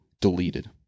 deleted